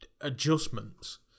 adjustments